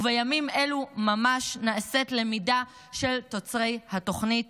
ובימים אלה ממש נעשית למידה של תוצרי התוכנית